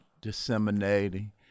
disseminating